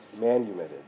manumitted